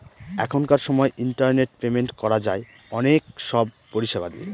এখনকার সময় internet payment করা যায় অনেক সব পরিষেবা দিয়ে